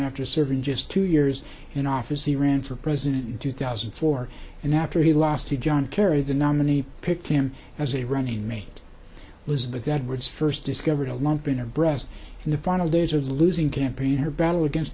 after serving just two years in office he ran for president in two thousand and four and after he lost to john kerry the nominee picked him as a running mate was but that was first discovered a lump in her breast in the final days of the losing campaign her battle against